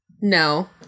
No